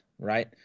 Right